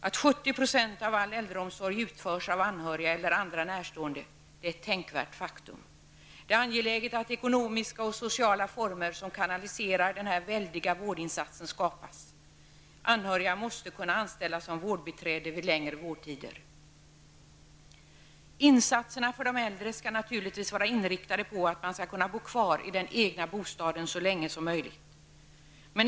Att 70 % av all äldreomsorg utförs av anhöriga eller andra närstående är ett tänkvärt faktum. Det är angeläget att ekonomiska och sociala former som kanaliserar denna väldiga vårdinsats skapas. Anhöriga måste kunna anställas som vårdbiträden vid längre vårdtider. Insatserna för de äldre skall naturligtvis vara inriktade på att man skall kunna bo kvar i den egna bostaden så länge som möjligt.